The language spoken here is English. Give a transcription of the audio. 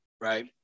right